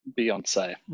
Beyonce